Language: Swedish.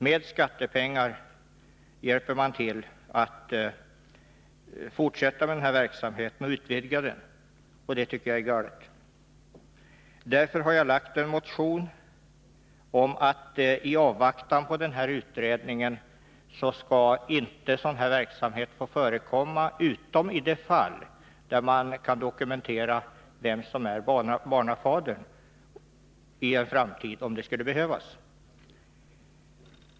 Med skattepengar hjälper man till så att den här verksamheten kan fortsättas och utvidgas, och det tycker jag är galet. Därför har jag väckt denna motion, som går ut på att i avvaktan på utredningen skall sådan här verksamhet inte få förekomma utom i de fall där man i en framtid kan dokumentera vem som är barnafadern, om det skulle behövas.